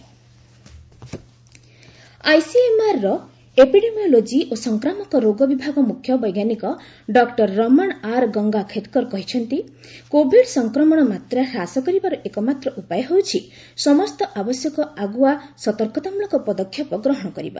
phone in ICMR ର epidemiology ଓ ସଂକ୍ରମକ ରୋଗ ବିଭାଗ ମୁଖ୍ୟ ବୈଜ୍ଞାନିକ doctor Raman R Gangakhedkar କହିଛନ୍ତି କୋଭିଡ ସଂକ୍ରମଣ ମାତ୍ରା ହ୍ରାସକରିବାର ଏକମାତ୍ର ଉପାୟ ହେଉଛି ସମସ୍ତ ଆବଶ୍ୟକ ଆଗୁଆ ସତର୍କତାମୂଳକ ପଦକ୍ଷେପ ଗ୍ରହଣ କରିବା